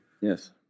Yes